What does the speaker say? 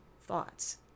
thoughts